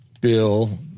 Bill